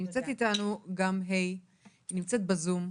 נמצאת איתנו גם ה', היא נמצאת בזום.